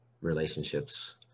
relationships